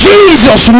Jesus